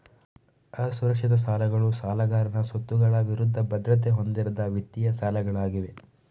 ಅಸುರಕ್ಷಿತ ಸಾಲಗಳು ಸಾಲಗಾರನ ಸ್ವತ್ತುಗಳ ವಿರುದ್ಧ ಭದ್ರತೆ ಹೊಂದಿರದ ವಿತ್ತೀಯ ಸಾಲಗಳಾಗಿವೆ